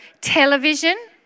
television